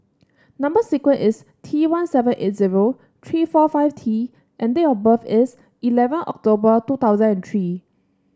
number sequence is T one seven eight zero three four five T and date of birth is eleven October two thousand and three